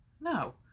No